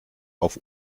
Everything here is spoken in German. auf